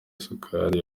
isukari